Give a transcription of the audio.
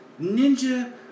ninja